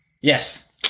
Yes